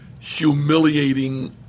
humiliating